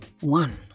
One